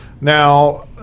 now